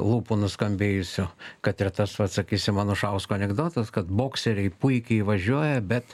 lūpų nuskambėjusių kad ir tas pats sakysim anušausko anekdotas kad bokseriai puikiai važiuoja bet